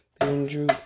Andrew